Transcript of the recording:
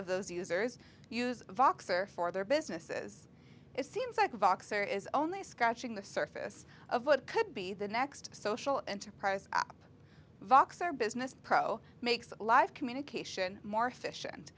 of those users use voxer for their businesses it seems like voxer is only scratching the surface of what could be the next social enterprise voxer business pro makes live communication more efficient